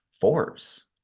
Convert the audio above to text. force